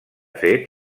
fet